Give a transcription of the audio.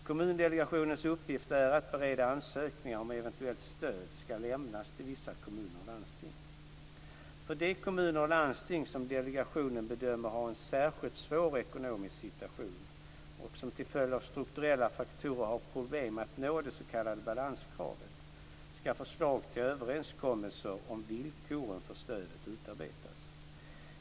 Kommundelegationens uppgift är att bereda ansökningar om ett eventuellt stöd ska lämnas till vissa kommuner och landsting. För de kommuner och landsting som delegationen bedömer har en särskilt svår ekonomisk situation och som till följd av strukturella faktorer har problem att nå det s.k. balanskravet ska förslag till överenskommelser om villkoren för stödet utarbetas.